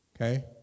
Okay